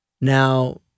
Now